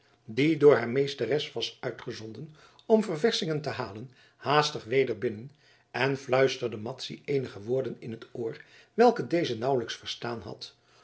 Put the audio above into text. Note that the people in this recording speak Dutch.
die door haar meesteres was uitgezonden om ververschingen te halen haastig weder binnen en fluisterde madzy eenige woorden in t oor welke deze nauwelijks verstaan had